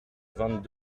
vingt